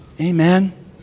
Amen